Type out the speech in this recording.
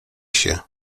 się